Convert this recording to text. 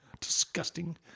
Disgusting